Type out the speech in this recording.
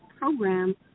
program